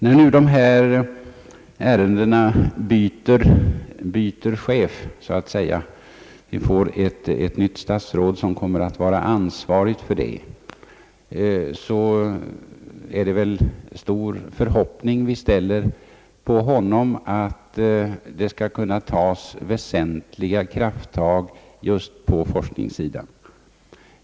När nu dessa ärenden så att säga byter chef vi får ett nytt statsråd som kommer att vara ansvarig för dem — så har vi den förhoppningen att det nu skall kunna tas väsentliga krafttag just på forskningssidan.